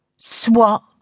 Swat